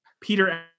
peter